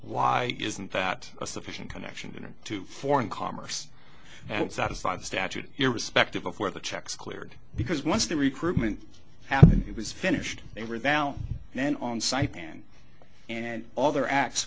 why isn't that a sufficient connection to foreign commerce and satisfy the statute irrespective of where the checks cleared because once the recruitment happened it was finished they were down then on site then and other acts